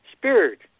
spirit